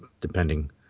depending